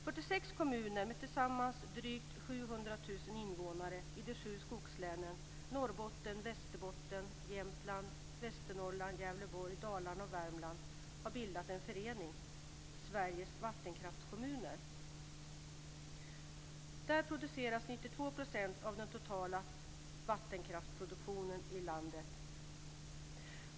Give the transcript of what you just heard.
Värmland har bildat en förening, Sveriges vattenkraftskommuner. Där produceras 92 % av den totala vattenkraften i landet.